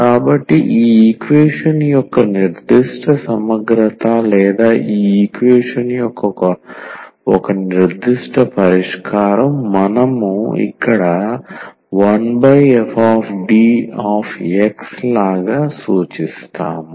కాబట్టి ఈ ఈక్వేషన్ యొక్క నిర్దిష్ట సమగ్ర త లేదా ఈ ఈక్వేషన్ యొక్క ఒక నిర్దిష్ట పరిష్కారం మనం ఇక్కడ 1fDX లాగా సూచిస్తాము